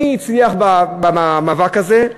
מי הצליח במאבק הזה?